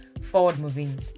forward-moving